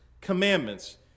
commandments